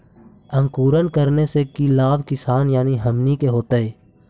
अंकुरण करने से की लाभ किसान यानी हमनि के होतय?